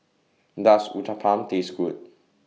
Does Uthapam Taste Good